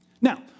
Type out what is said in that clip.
Now